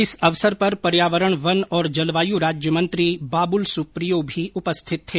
इस अवसर पर पर्यावरण वन और जलवायु राज्यमंत्री बाबुल सुप्रीयो भी उपस्थित थे